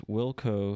Wilco